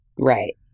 right